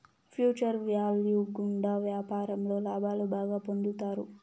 future value గుండా వ్యాపారంలో లాభాలు బాగా పొందుతారు